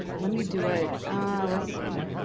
let me do it let's see